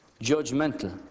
judgmental